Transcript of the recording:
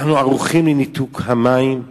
אנחנו ערוכים לניתוק המים,